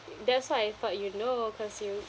that's why I thought you know cause you